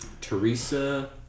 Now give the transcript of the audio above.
Teresa